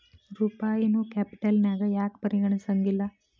ರೂಪಾಯಿನೂ ಕ್ಯಾಪಿಟಲ್ನ್ಯಾಗ್ ಯಾಕ್ ಪರಿಗಣಿಸೆಂಗಿಲ್ಲಾ?